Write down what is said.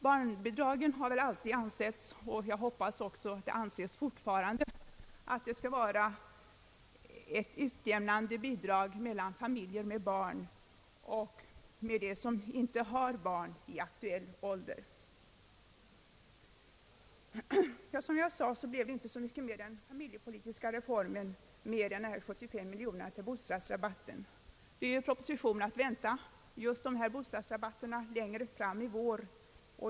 Barnbidragen har väl alltid ansetts, och jag hoppas att de fortfarande anses, skola verka utjämnande mellan familjer med barn och familjer som inte har barn i aktuell ålder. Som jag sade blev det inte så mycket med den familjepolitiska reformen mer än de 75 miljonerna till bostadsrabatt. Det är ju en proposition att vänta just om bostadsrabatterna längre fram i vår.